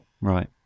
right